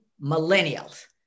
millennials